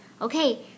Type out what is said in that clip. Okay